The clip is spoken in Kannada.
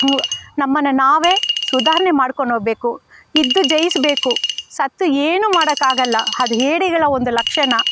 ನಮ್ಮನ್ನು ನಾವೇ ಸುಧಾರ್ಣೆ ಮಾಡ್ಕೊಂಡು ಹೋಗಬೇಕು ಇದ್ದು ಜಯಿಸಬೇಕು ಸತ್ತು ಏನೂ ಮಾಡೋಕ್ಕಾಗಲ್ಲ ಅದು ಹೇಡಿಗಳ ಒಂದು ಲಕ್ಷಣ